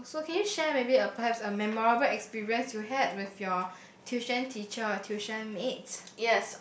oh so can you share with me a perhaps a memorable experience you had with your tuition teacher or tuition mates